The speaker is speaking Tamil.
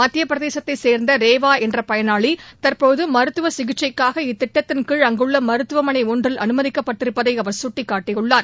மத்தியப்பிரதேசத்தைச் சேர்ந்தரேவாஎன்றபயனாளிதற்போதுமருத்துவசிகிச்சைக்காக இத்திட்டத்தின்கீழ் அங்குள்ளமருத்துவமனைஒன்றில் அனுமதிக்கப்பட்டிருப்பதைஅவர் சுட்டிக்காட்டியுள்ளார்